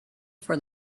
for